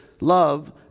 love